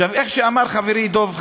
כמו שאמר חברי דב חנין,